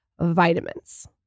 vitamins